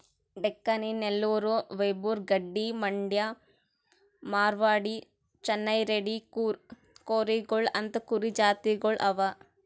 Deccani, Nellore, Vembur, Gaddi, Mandya, Marwari, Chennai red ಕೂರಿಗೊಳ್ ಅಂತಾ ಕುರಿ ಜಾತಿಗೊಳ್ ಅವಾ